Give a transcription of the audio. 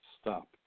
Stop